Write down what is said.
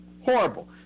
Horrible